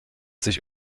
sich